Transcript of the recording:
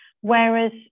Whereas